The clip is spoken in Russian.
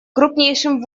крупнейшим